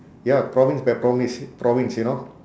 ya province by province province you know